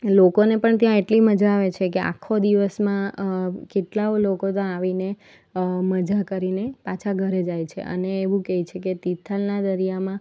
લોકોને પણ ત્યાં એટલી મજા આવે છે કે આખો દિવસમાં કેટલાય લોકો તો આવીને મઝા કરીને પાછા ઘરે જાય છે અને એવું કે છે કે તિથલના દરિયામાં